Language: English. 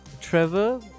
Trevor